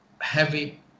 heavy